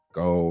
go